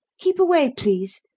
keep away, please.